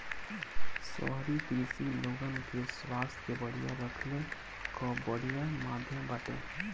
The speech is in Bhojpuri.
शहरी कृषि लोगन के स्वास्थ्य के बढ़िया रखले कअ बढ़िया माध्यम बाटे